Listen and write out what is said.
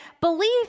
belief